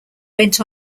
went